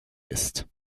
ist